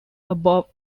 above